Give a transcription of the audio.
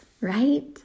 right